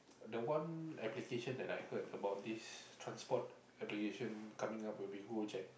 the one application that I heard about this transport application coming up will be Gojek